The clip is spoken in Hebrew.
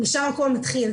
משם הכול מתחיל.